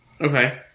Okay